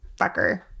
fucker